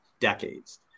Decades